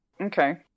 Okay